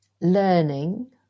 learning